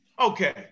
Okay